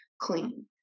clean